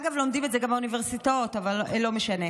אגב, לומדים את זה גם באוניברסיטאות, אבל לא משנה.